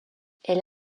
elle